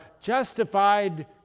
justified